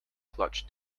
clutch